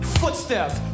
footsteps